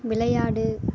விளையாடு